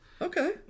Okay